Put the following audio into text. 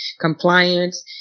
compliance